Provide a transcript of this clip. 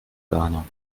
ghana